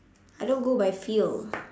I don't go by feel